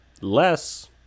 less